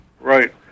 Right